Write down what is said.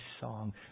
song